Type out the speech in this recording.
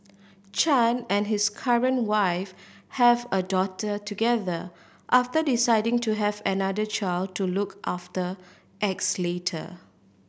Chan and his current wife have a daughter together after deciding to have another child to look after X later